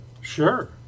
Sure